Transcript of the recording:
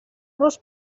los